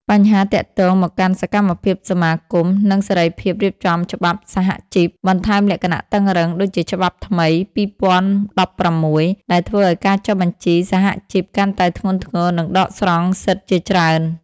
បញ្ហាទាក់ទងមកកាន់សកម្មភាពសមាគម និងសេរីភាពរៀបចំច្បាប់សហជីព បន្ថែមលក្ខណៈតឹងរ៉ឹង ដូចជាច្បាប់ថ្មី ២០១៦ដែលធ្វើឲ្យការចុះបញ្ជីសហជីពកាន់តែធ្ងន់ធ្ងរនិងដកស្រង់សិទ្ធិជាច្រើន។